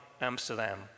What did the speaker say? Amsterdam